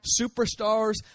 superstars